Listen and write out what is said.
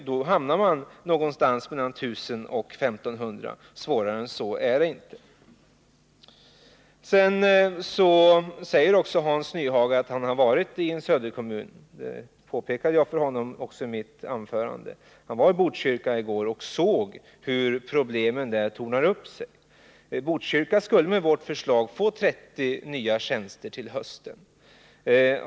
Då hamnar man någonstans mellan 1000 och 1500 människor. Svårare än så är det inte. Hans Nyhage säger att han har besökt en söderkommun. Det påpekade jag också för honom i mitt anförande. Han var i Botkyrka i går och såg hur problemen där tornar upp sig. Botkyrka skulle med vårt förslag få 30 nya tjänster till hösten.